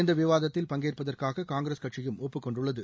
இந்த விவாதத்தில் பங்கேற்பதாக காங்கிரஸ் கட்சியும் ஒப்புக்கொண்டுள்ளது